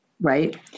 Right